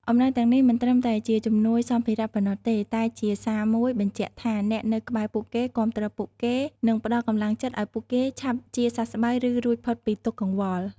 អំណោយទាំងនេះមិនត្រឹមតែជាជំនួយសម្ភារៈប៉ុណ្ណោះទេ តែជាសារមួយបញ្ជាក់ថាអ្នកនៅក្បែរពួកគេ គាំទ្រពួកគេ និងផ្តល់កម្លាំងចិត្តឲ្យពួកគេឆាប់ជាសះស្បើយ ឬរួចផុតពីទុក្ខកង្វល់។